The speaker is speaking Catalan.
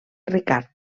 ricard